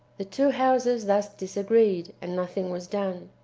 the two houses thus disagreed, and nothing was done.